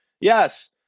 yes